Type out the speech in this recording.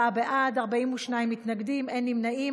24 בעד, 42 מתנגדים, אין נמנעים.